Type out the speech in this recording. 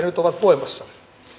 nyt ovat voimassa